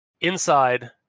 inside